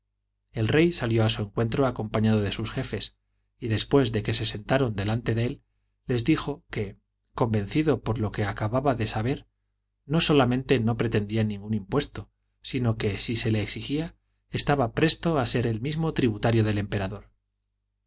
el rey salió a su encuentro acompañado de sus jefes y después de que se sentaron delante de él les dijo que convencido por lo que acababa de saber no solamente no pretendía ningún impuesto sino que si se le exigía estaba presto a ser él mismo tributario del emperador